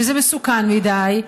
שזה מסוכן מדי,